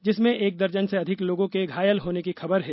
जिसमें एक दर्जन से अधिक लोगों के घायल होने की खबर है